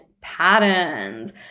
patterns